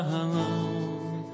alone